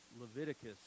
Leviticus